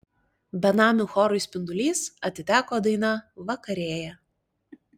benamių chorui spindulys atiteko daina vakarėja